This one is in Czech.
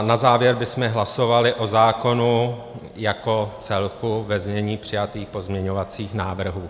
Na závěr bychom hlasovali o zákonu jako celku ve znění přijatých pozměňovacích návrhů.